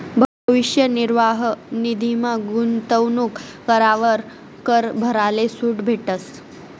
भविष्य निर्वाह निधीमा गूंतवणूक करावर कर भराले सूट भेटस